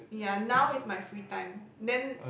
ya now is my free time then